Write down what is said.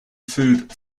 food